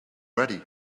ready